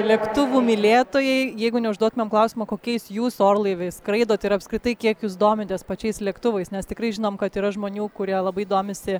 lėktuvų mylėtojai jeigu neužduotumėm klausimo kokiais jūs orlaiviais skraidot ir apskritai kiek jūs domitės pačiais lėktuvais nes tikrai žinom kad yra žmonių kurie labai domisi